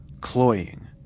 cloying